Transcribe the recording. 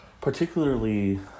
particularly